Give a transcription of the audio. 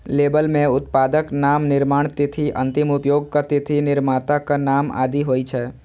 label मे उत्पादक नाम, निर्माण तिथि, अंतिम उपयोगक तिथि, निर्माताक नाम आदि होइ छै